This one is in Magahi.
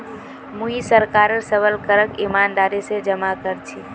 मुई सरकारेर सबल करक ईमानदारी स जमा कर छी